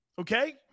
Okay